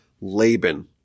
Laban